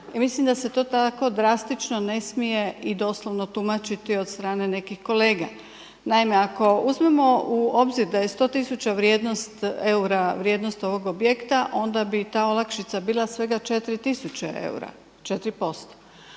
mislim da se to tako drastično ne smije i doslovno tumačiti od strane nekih kolega. Naime, ako uzmemo u obzir da je 100 tisuća eura vrijednost ovog objekta onda bi ta olakšica bila svega 4 tisuće eura 4%.